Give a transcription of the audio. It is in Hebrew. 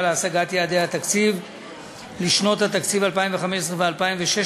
להשגת יעדי התקציב לשנות התקציב 2015 ו-2016),